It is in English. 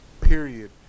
period